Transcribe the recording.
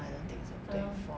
I don't think so twenty four